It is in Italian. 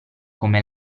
come